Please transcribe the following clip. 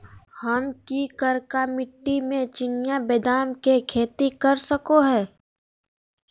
हम की करका मिट्टी में चिनिया बेदाम के खेती कर सको है?